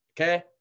Okay